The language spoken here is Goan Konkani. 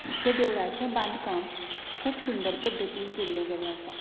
तें देवळाचें बांदकाम खूब सुंदर पद्दतीन केल्लें गेलें आसा